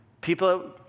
people